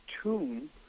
tomb